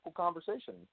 conversation